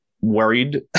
worried